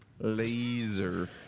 Laser